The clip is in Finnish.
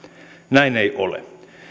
näin ei ole